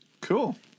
Cool